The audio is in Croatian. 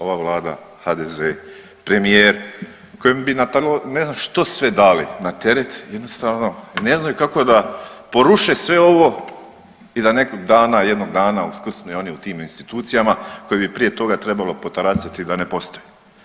Ova vlada, HDZ, premijer kojem bi ne znam što sve dali na teret jednostavno jer ne znaju kako da poruše sve ovo i da nekog dana, jednog dana uskrsnu i oni u tim institucijama koje bi prije toga trebalo potaraciti da ne postoje.